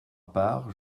part